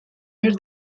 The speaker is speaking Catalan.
mes